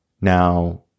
Now